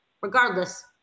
regardless